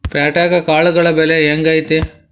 ಪ್ಯಾಟ್ಯಾಗ್ ಕಾಳುಗಳ ಬೆಲೆ ಹೆಂಗ್ ಐತಿ?